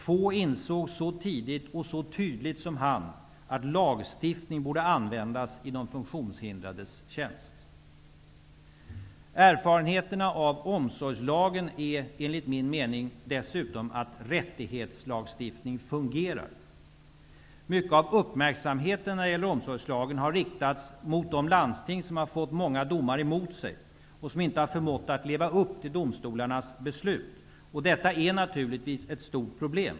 Få insåg så tidigt och så tydligt som han att lagstiftningen borde användas i de funktionshindrades tjänst. Erfarenheterna av omsorgslagen säger dessutom, enligt min mening, att rättighetslagstiftning fungerar. Mycket av uppmärksamheten när det gäller omsorgslagen har riktats mot de landsting som har fått många domar mot sig och som inte har förmått att leva upp till domstolarnas beslut. Detta är naturligtvis ett stort problem.